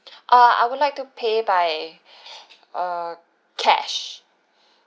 uh I would like to pay by err cash